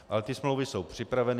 Ale smlouvy jsou připraveny.